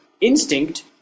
instinct